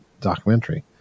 documentary